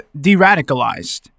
de-radicalized